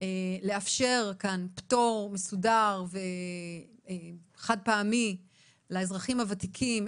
לאפשר כאן פטור מסודר וחד פעמי לאזרחים הוותיקים,